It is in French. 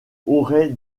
auraient